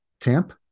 TAMP